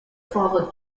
father